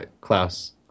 Klaus